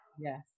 Yes